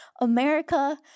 America